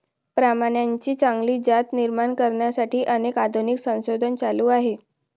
प्राण्यांची चांगली जात निर्माण करण्यासाठी अनेक आधुनिक संशोधन चालू आहे